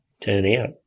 turnout